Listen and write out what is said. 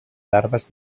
larves